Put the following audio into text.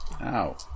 Ow